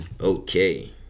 Okay